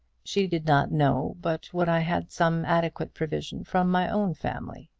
she did not know but what i had some adequate provision from my own family.